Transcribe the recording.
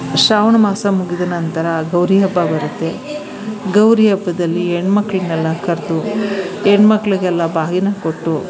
ಶ್ರಾವಣ ಮಾಸ ಮುಗಿದ ನಂತರ ಗೌರಿ ಹಬ್ಬ ಬರುತ್ತೆ ಗೌರಿ ಹಬ್ಬದಲ್ಲಿ ಹೆಣ್ಮಕ್ಕಳನ್ನೆಲ್ಲ ಕರೆದು ಹೆಣ್ಮಕ್ಕಳಿಗೆಲ್ಲ ಬಾಗಿನ ಕೊಟ್ಟು